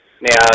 Now